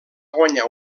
guanyar